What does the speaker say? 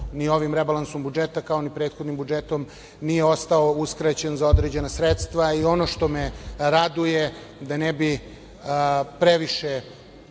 ni ovim rebalansom budžeta kao ni prethodnim budžetom nije ostao uskraćen za određena sredstva. Ono što me raduje, da ne bi previše